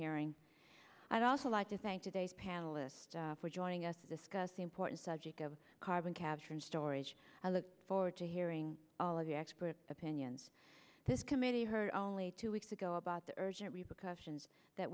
hearing i'd also like to thank today's panelists for joining us this gus important subject of carbon capture and storage i look forward to hearing all of the expert opinions this committee heard only two weeks ago about the urgent repercussions that